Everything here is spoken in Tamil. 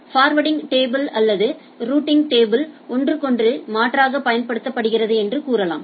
ஃபார்வர்டிங் டேபிள் அல்லது ரூட்டிங் டேபிள் ஒன்றுக்கொன்று மாற்றாகப் பயன்படுத்தப்படுகிறது என்று கூறலாம்